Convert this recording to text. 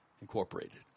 Incorporated